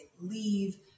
leave